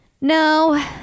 No